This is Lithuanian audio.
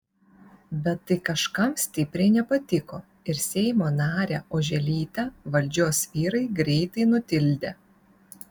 bet tai kažkam stipriai nepatiko ir seimo narę oželytę valdžios vyrai greitai nutildė